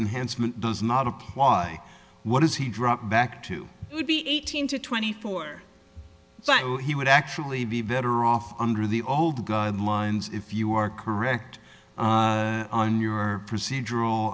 enhanced does not apply what is he dropped back to would be eighteen to twenty four he would actually be better off under the old guidelines if you are correct on your procedural